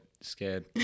Scared